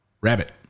Rabbit